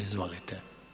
Izvolite.